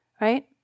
right